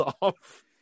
off